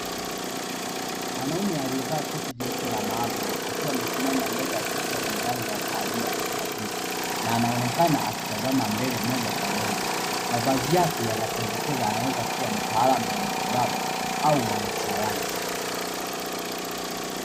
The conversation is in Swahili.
Mwanaume aliyevaa koti jeupe la maabara amesimama kwenye ukuta wa kahawia akiwa amesimama akiangalie mbele mavazi yake yanaweza kupendekeza akawa mtaamu wa afya au wa maabara